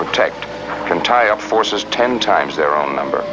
protect can tie up forces ten times their own number